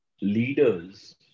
leaders